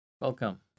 Welcome